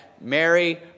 Mary